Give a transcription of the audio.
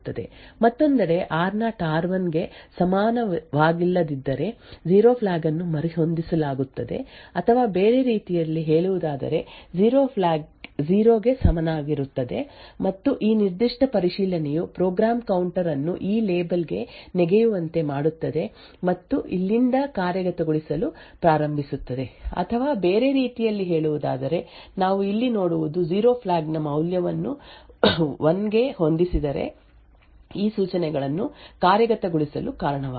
ಮತ್ತೊಂದೆಡೆ ಆರ್0 ಆರ್1 ಗೆ ಸಮಾನವಾಗಿಲ್ಲದಿದ್ದರೆ 0 ಫ್ಲ್ಯಾಗ್ ಅನ್ನು ಮರುಹೊಂದಿಸಲಾಗುತ್ತದೆ ಅಥವಾ ಬೇರೆ ರೀತಿಯಲ್ಲಿ ಹೇಳುವುದಾದರೆ 0 ಫ್ಲ್ಯಾಗ್ 0 ಗೆ ಸಮನಾಗಿರುತ್ತದೆ ಮತ್ತು ಈ ನಿರ್ದಿಷ್ಟ ಪರಿಶೀಲನೆಯು ಪ್ರೋಗ್ರಾಂ ಕೌಂಟರ್ ಅನ್ನು ಈ ಲೇಬಲ್ ಗೆ ನೆಗೆಯುವಂತೆ ಮಾಡುತ್ತದೆ ಮತ್ತು ಇಲ್ಲಿಂದ ಕಾರ್ಯಗತಗೊಳಿಸಲು ಪ್ರಾರಂಭಿಸುತ್ತದೆ ಅಥವಾ ಬೇರೆ ರೀತಿಯಲ್ಲಿ ಹೇಳುವುದಾದರೆ ನಾವು ಇಲ್ಲಿ ನೋಡುವುದು 0 ಫ್ಲ್ಯಾಗ್ ನ ಮೌಲ್ಯವನ್ನು 1 ಗೆ ಹೊಂದಿಸಿದರೆ ಈ ಸೂಚನೆಗಳನ್ನು ಕಾರ್ಯಗತಗೊಳಿಸಲು ಕಾರಣವಾಗುತ್ತದೆ